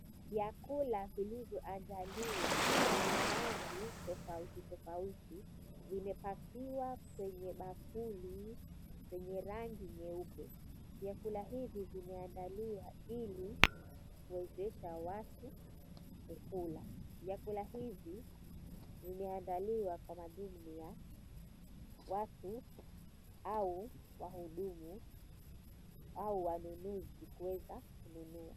Vyakula vilivyoandaliwa vyenye rangi tofauti tofauti vimepakiwa kwenye bakuli zenye rangi nyeupe. Vyakula hivi vimeandaliwa ili kuwezesha watu kukula. Vyakula hivi vimeandaliwa kwa ajili ya watu au wahudumu au wanunuzi kuweza kununua.